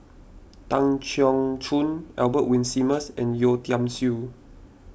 Tan Keong Choon Albert Winsemius and Yeo Tiam Siew